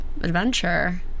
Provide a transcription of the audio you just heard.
Adventure